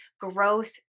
growth